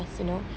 you know